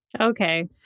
Okay